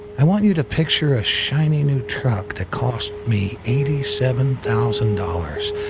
i want you to picture a shiny new truck that cost me eighty seven thousand dollars,